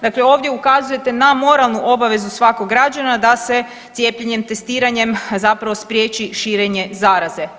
Dakle, ovdje ukazujete na moralnu obavezu svakog građana da se cijepljenjem i testiranjem zapravo spriječi širenje zaraze.